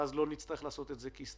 ואז לא נצטרך לעשות את זה כהסתייגות.